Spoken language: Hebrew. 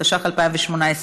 התשע"ח 2018,